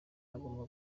agomba